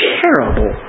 terrible